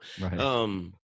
Right